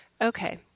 Okay